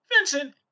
Vincent